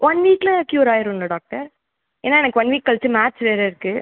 one வீக்கில் cure ஆகிரும்ல doctor ஏன்னால் எனக்கு ஒன் வீக் கழித்து மேட்ச் வேறு இருக்குது